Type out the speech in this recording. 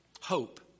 hope